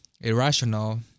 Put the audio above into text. irrational